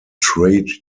trade